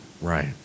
right